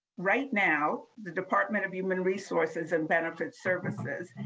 right now, the department of human resources and benefits services,